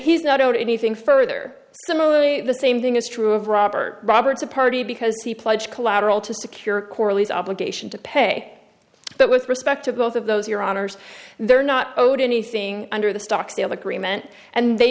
he's not owed anything further similarly the same thing is true of robert roberts a party because he pledged collateral to secure coralie's obligation to pay but with respect to both of those your honour's they're not owed anything under the stock sale agreement and they